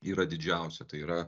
yra didžiausia tai yra